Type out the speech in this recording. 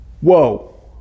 Whoa